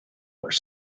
were